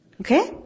Okay